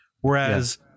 whereas